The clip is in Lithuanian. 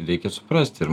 reikia suprast ir